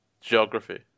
Geography